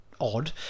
odd